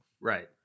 Right